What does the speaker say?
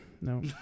no